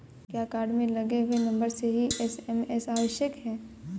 क्या कार्ड में लगे हुए नंबर से ही एस.एम.एस आवश्यक है?